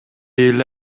эле